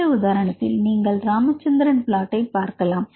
இந்த உதாரணத்தில் நீங்கள் ராமச்சந்திரன் பிளாட் பார்க்கலாம்